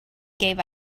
gave